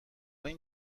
این